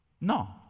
No